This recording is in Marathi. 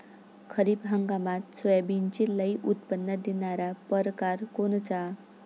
खरीप हंगामात सोयाबीनचे लई उत्पन्न देणारा परकार कोनचा?